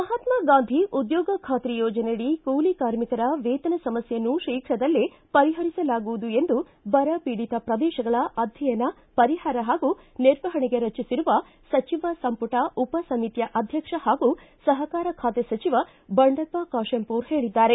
ಮಹಾತ್ಮ ಗಾಂಧಿ ಉದ್ಯೋಗಬಾತ್ರಿ ಯೋಜನೆಯಡಿ ಕೂಲಿ ಕಾರ್ಮಿಕರ ವೇತನ ಸಮಸ್ವೆಯನ್ನು ಶೀಘದಲ್ಲೇ ಪರಿಹರಿಸಲಾಗುವುದು ಎಂದು ಬರಪೀಡಿತ ಪ್ರದೇಶಗಳ ಅಧ್ಯಯನ ಪರಿಹಾರ ಹಾಗೂ ನಿರ್ವಹಣೆಗೆ ರಚಿಸಿರುವ ಸಚಿವ ಸಂಪುಟ ಉಪ ಸಮಿತಿಯ ಅಧ್ಯಕ್ಷ ಹಾಗೂ ಸಹಕಾರ ಖಾತೆ ಸಚಿವ ಬಂಡೆಪ್ಪ ಖಾತೆಂಪೂರ ಹೇಳಿದ್ದಾರೆ